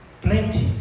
Plenty